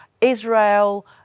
Israel